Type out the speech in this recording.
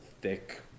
thick